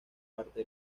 parte